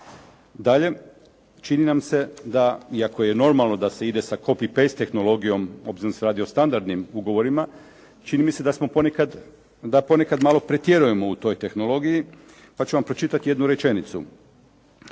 Dalje, čini nam se da iako je normalno da se ide sa copy – paste tehnologijom obzirom da se radi o standardnim ugovorima, čini mi se da ponekad malo pretjerujemo u toj tehnologiji pa ću vam pročitati jednu rečenicu: